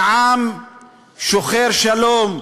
כי עם שוחר שלום,